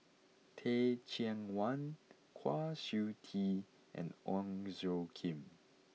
Teh Cheang Wan Kwa Siew Tee and Ong Tjoe Kim